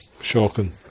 Shocking